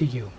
to you